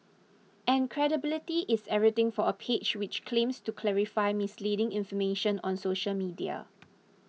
and credibility is everything for a page which claims to clarify misleading information on social media